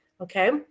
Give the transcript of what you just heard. okay